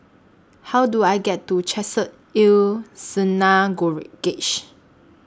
How Do I get to Chesed El